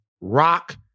rock